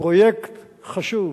פרויקט חשוב,